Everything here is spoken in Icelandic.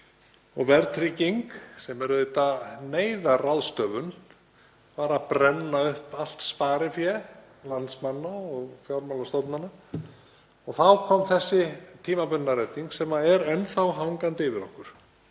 og verðtrygging, sem er auðvitað neyðarráðstöfun, var að brenna upp allt sparifé landsmanna og fjármálastofnana. Þá kom þessi tímabundna redding sem er enn hangandi yfir okkur.